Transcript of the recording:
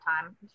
time